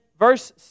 Verse